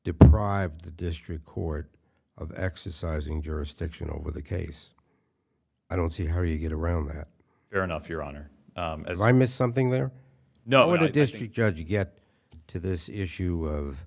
deprive the district court of exercising jurisdiction over the case i don't see how you get around that are enough your honor as i missed something there no district judge you get to this issue of